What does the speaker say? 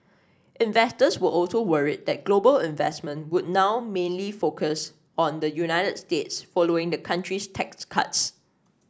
investors were also worried that global investment would now mainly focused on the United States following the country's tax cuts